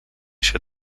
się